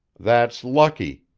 that's lucky,